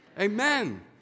Amen